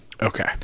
Okay